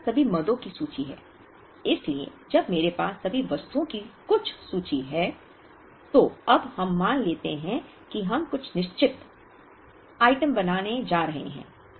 मेरे पास सभी मदों की सूची है इसलिए जब मेरे पास सभी वस्तुओं की कुछ सूची है तो अब हम मान लेते हैं कि हम कुछ निश्चित आइटम बनाने जा रहे हैं